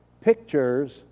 Pictures